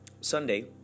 Sunday